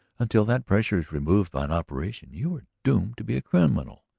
until that pressure is removed by an operation you are doomed to be a criminal.